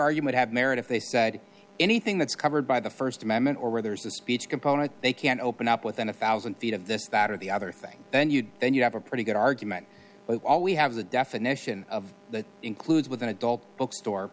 argument have merit if they said anything that's covered by the st amendment or where there's a speech component they can open up within a one thousand feet of this that or the other thing then you then you have a pretty good argument all we have the definition of that includes with an adult bookstore